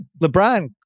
LeBron